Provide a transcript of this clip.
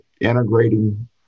integrating